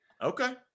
Okay